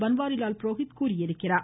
பன்வாரிலால் புரோஹித் தெரிவித்துள்ளார்